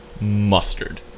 mustard